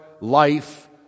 life